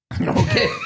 Okay